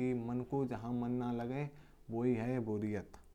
है मन को जहां मन न लगे वही है बोरियत।